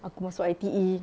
aku masuk I_T_E